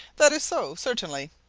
that is so certainly,